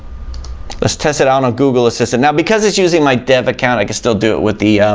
let's test it out on google assistant now because it's using my dev account i can still do it with the